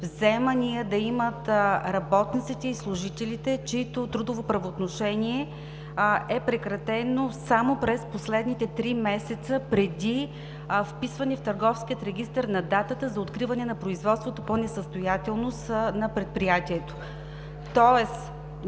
вземания да имат работниците и служителите, чието трудово правоотношение е прекратено само през последните три месеца преди вписване в Търговския регистър на датата за откриване на производството по несъстоятелност на предприятието